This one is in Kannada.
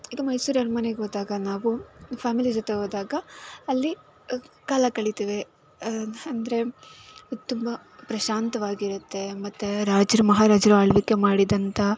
ಈಗ ಮೈಸೂರು ಅರ್ಮನೆಗೆ ಹೋದಾಗ ನಾವು ಫ್ಯಾಮಿಲಿ ಜೊತೆ ಹೋದಾಗ ಅಲ್ಲಿ ಕಾಲ ಕಳಿತೇವೆ ಅಂದರೆ ತುಂಬ ಪ್ರಶಾಂತವಾಗಿರುತ್ತೆ ಮತ್ತು ರಾಜ್ರು ಮಹಾರಾಜರ ಆಳ್ವಿಕೆ ಮಾಡಿದಂತಹ